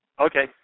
Okay